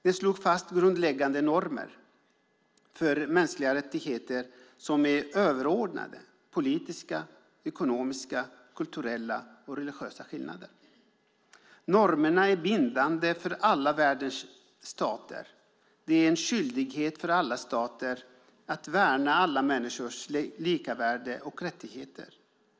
Den slog fast grundläggande normer för mänskliga rättigheter som är överordnade politiska, ekonomiska, kulturella och religiösa skillnader. Normerna är bindande för alla världens stater. Det är en skyldighet för alla stater att värna alla människors lika värde och rättigheter.